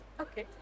Okay